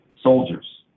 Soldiers